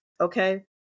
okay